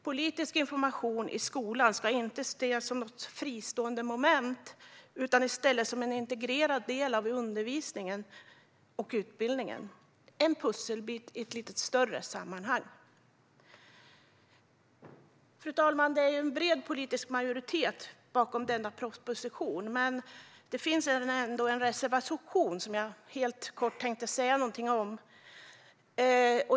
Politisk information i skolan ska inte ses som något fristående moment utan som en integrerad del av undervisningen och utbildningen - en pusselbit i ett större sammanhang. Fru talman! Det finns en bred politisk majoritet bakom denna proposition, men det finns ändå en reservation som jag helt kort tänkte säga någonting om.